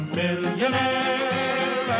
millionaire